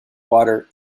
water